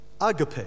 agape